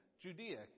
Judea